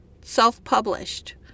Self-published